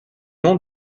nom